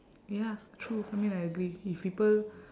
ya true I mean I agree if people